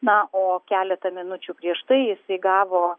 na o keletą minučių prieš tai jisai gavo